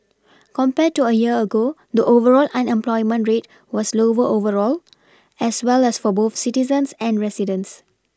compared to a year ago the overall unemployment rate was lower overall as well as for both citizens and residents